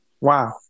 Wow